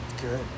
Good